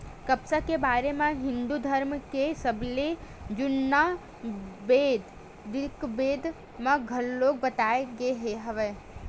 कपसा के बारे म हिंदू धरम के सबले जुन्ना बेद ऋगबेद म घलोक बताए गे हवय